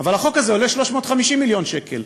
אבל החוק הזה עולה 350 מיליון שקל,